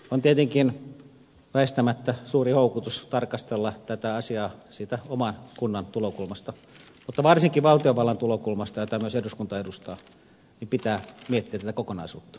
on tietenkin väistämättä suuri houkutus tarkastella tätä asiaa siitä oman kunnan tulokulmasta mutta varsinkin valtiovallan tulokulmasta jota myös eduskunta edustaa pitää miettiä tätä kokonaisuutta